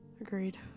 agreed